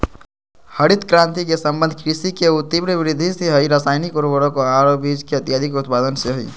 हरित क्रांति के संबंध कृषि के ऊ तिब्र वृद्धि से हई रासायनिक उर्वरक आरो बीज के अत्यधिक उत्पादन से हई